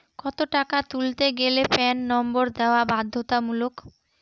কত টাকা তুলতে গেলে প্যান নম্বর দেওয়া বাধ্যতামূলক?